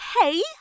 Hey